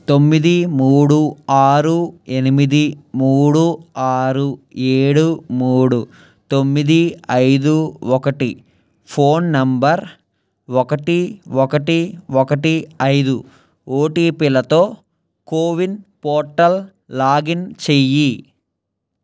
తొమ్మిది మూడు ఆరు ఎనిమిది మూడు ఆరు ఏడు మూడు తొమ్మిది ఐదు ఒకటి ఫోన్ నంబర్ ఒకటి ఒకటి ఒకటి ఐదు ఓటీపిలతో కోవిన్ పోర్టల్ లాగిన్ చెయ్యి